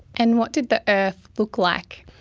and what did the earth look like?